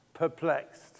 perplexed